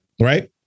Right